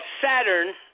Saturn